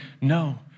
no